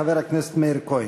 חבר הכנסת מאיר כהן.